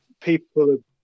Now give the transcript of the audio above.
people